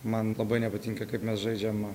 man labai nepatinka kaip mes žaidžiam